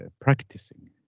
practicing